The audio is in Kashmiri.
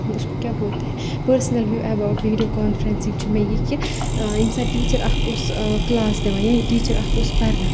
اسکو کیاہ بولتے ہیں personal view about video conferencing چھِ مےٚ یہِ کہِ ییٚمہِ ساتہٕ ٹیٖچَر اَکھ اوس کلاس دِوان یا ٹیٖچَر اَکھ اوس پَرناوان